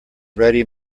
ready